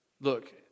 Look